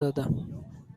دادم